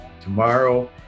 tomorrow